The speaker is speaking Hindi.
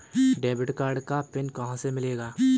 डेबिट कार्ड का पिन कहां से मिलेगा?